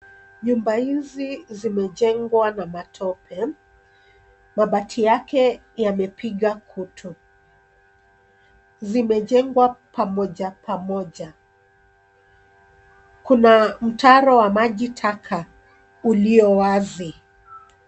Nyumba hizi zimejengwa na matope. Mabati yake yamepiga kutu. Zimejengwa pamoja pamoja. Kuna mtaro wa maji taka ulio wazi.